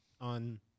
on